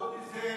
עוֹדֵה זה